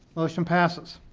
motion passes.